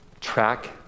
track